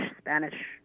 spanish